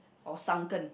or sunken